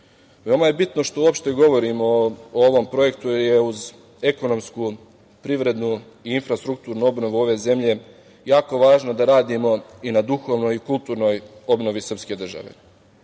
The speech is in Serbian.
je bitno što uopšte govorimo o ovom projektu je uz ekonomsku, privredu i infrastrukturnu obnovu ove zemlje, jako je važno da radimo i na duhovnoj i kulturnoj obnovi srpske